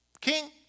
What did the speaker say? King